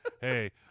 Hey